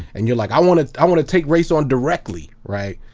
and you're like, i want to i want to take race on directly! right?